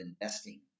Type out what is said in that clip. investing